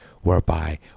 whereby